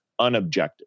unobjective